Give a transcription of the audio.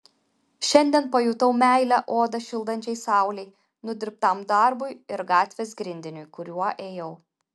šiandien pajutau meilę odą šildančiai saulei nudirbtam darbui ir gatvės grindiniui kuriuo ėjau